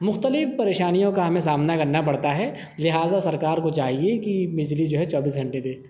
مختلف پریشانیوں کا ہمیں سامنا كرنا پڑتا ہے لہٰذا سركار كو چاہیے كہ بجلی جو ہے چوبیس گھنٹے دے